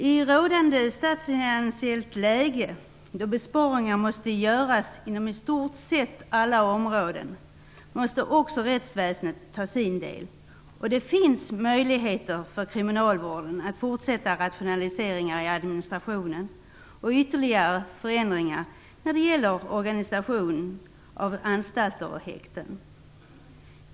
I det rådande statsfinansiella läget, då besparingar måste göras inom i stort sett alla områden, måste också rättsväsendet ta sin del. Det finns möjligheter att inom kriminalvården fortsätta med rationaliseringar i administrationen och att göra ytterligare förändringar när det gäller organisation av anstalter och häkten.